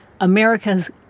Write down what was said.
America's